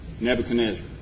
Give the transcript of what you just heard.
Nebuchadnezzar